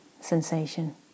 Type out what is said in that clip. sensation